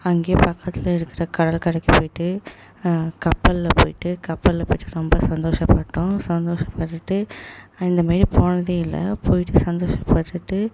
அங்கே பக்கத்தில் இருக்கிற கடல்கரைக்கு போயிட்டு கப்பலில் போயிட்டு கப்பலில் போயிட்டு ரொம்ப சந்தோஷப்பட்டோம் சந்தோஷப்பட்டுட்டு இந்தமாரி போனதே இல்லை போயிட்டு சந்தோஷப்பட்டுட்டு